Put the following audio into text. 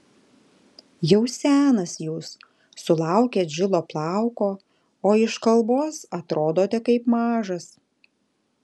jau senas jūs sulaukėt žilo plauko o iš kalbos atrodote kaip mažas